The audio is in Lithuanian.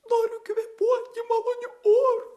noriu kvėpuoti maloniu oru